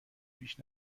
پیش